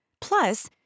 plus